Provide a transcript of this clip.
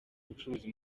ubucuruzi